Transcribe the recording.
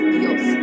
Dios